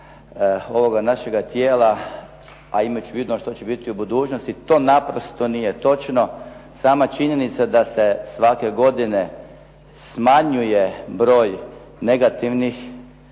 ovoga našega tijela, a imajući u vidu ono što će biti u budućnosti, to naprosto nije točno. Sama činjenica da se svake godine smanjuje broj negativnih